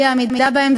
לאי-עמידה בהם,